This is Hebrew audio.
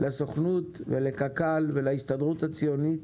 לסוכנות ולקק"ל ולהסתדרות הציונית.